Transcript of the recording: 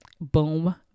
boom